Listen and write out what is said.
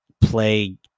play